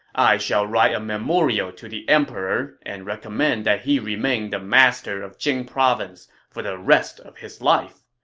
i shall write a memorial to the emperor and recommend that he remain the master of jing province for the rest of his life,